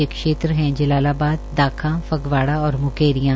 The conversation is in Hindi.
ये क्षेत्र हैं जलालाबाद दाखां फगवाड़ा और मुकेरियां